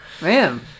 Man